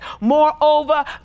moreover